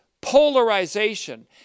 polarization